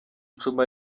icumi